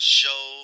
show